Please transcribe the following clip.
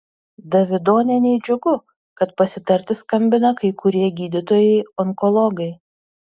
davidonienei džiugu kad pasitarti skambina kai kurie gydytojai onkologai